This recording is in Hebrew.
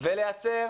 ולייצר